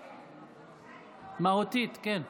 מהותית, כן.